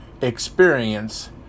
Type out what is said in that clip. experience